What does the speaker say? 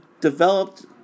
developed